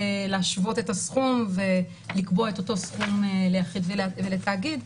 להשוות את הסכום ולקבוע את אותו סכום ליחיד ולתאגיד.